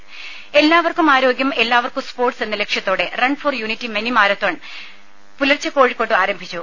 ദേദ എല്ലാവർക്കും ആരോഗ്യം എല്ലാവർക്കും സ്പോർട്സ് എന്ന ലക്ഷ്യത്തോടെ റൺ ഫോർ യൂണിറ്റി മിനിമാരത്തൺ പുലർച്ചെ കോഴിക്കോട്ട് ആരംഭിച്ചു